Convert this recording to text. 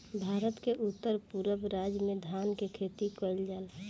भारत के उत्तर पूरब राज में धान के खेती कईल जाला